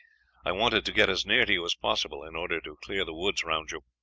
i wanted to get as near to you as possible, in order to clear the woods round you.